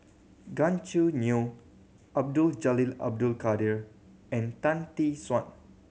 Gan Choo Neo Abdul Jalil Abdul Kadir and Tan Tee Suan